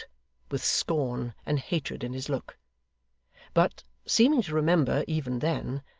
with scorn and hatred in his look but, seeming to remember even then,